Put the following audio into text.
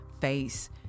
face